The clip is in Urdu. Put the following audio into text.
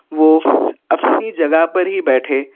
وہ اپنی جگہ پر ہی بیٹھے